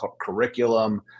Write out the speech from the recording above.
curriculum